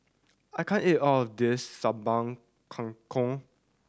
I can't eat all of this Sambal Kangkong